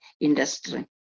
industry